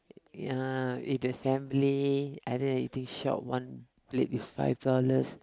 ya in the assembly other than eating shop one plate is five dollars